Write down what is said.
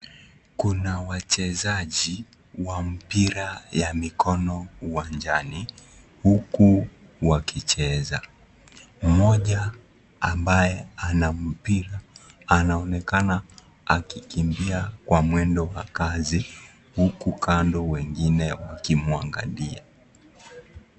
Kuna wachezaji wa mpira ya mikono uwanjani, huku wakicheza. Mmoja ambaye ana mpira anaonekana akikimbia kwa mwendo wa kasi, huku kando wengine wakimwangalia.